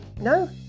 no